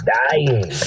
dying